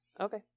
Okay